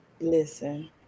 Listen